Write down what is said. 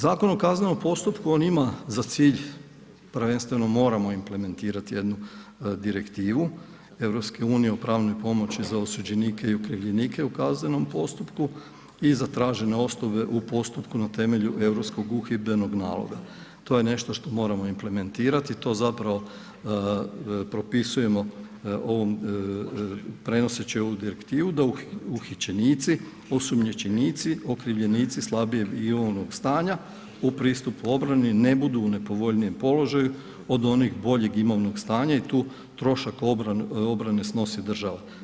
Zakon o kaznenom postupku on ima za cilj prvenstveno moramo implementirati jednu direktivu EU o pravnoj pomoći za osuđenike i okrivljenike u kaznenom postupku i zatražene osnove u postupku na temelju Europskog uhidbenog naloga, to je nešto što moramo implementirati i to propisujemo prenoseći ovu direktivu da uhićenici, osumnjičenici, okrivljenici slabijeg imovnog stanja u pristupu obrani ne budu u nepovoljnijem položaju od onih boljeg imovnog stanja i tu trošak obrane snosi država.